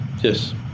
Yes